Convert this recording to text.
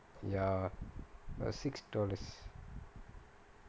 ya about six dollars